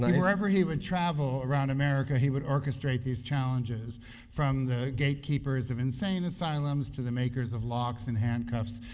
um wherever he would travel around america, he would orchestrate these challenges from the gatekeepers of insane asylums, to the makers of locks and handcuffs,